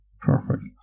Perfect